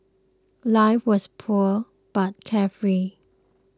life was poor but carefree